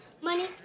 Money